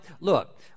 Look